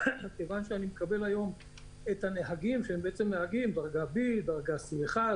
מכיוון שאני מקבל אצלי נהגים שנהגו כבר בכלים אחרים,